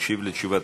תקשיב לתשובת